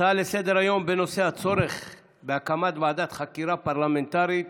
הצעה לסדר-היום בנושא: הצורך בהקמת ועדת חקירה פרלמנטרית